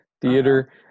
theater